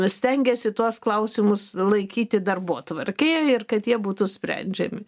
stengiasi tuos klausimus laikyti darbotvarkėje ir kad jie būtų sprendžiami